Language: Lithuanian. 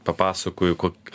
papasakoju kok